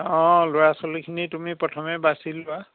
অঁ ল'ৰা ছোৱালীখিনি তুমি প্ৰথমে বাছি লোৱা